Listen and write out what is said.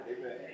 Amen